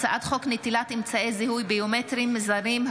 הצעת חוק נטילת אמצעי זיהוי ביומטריים מזרים,